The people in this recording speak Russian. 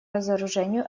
разоружению